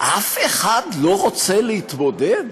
אף אחד לא רוצה להתמודד?